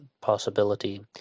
possibility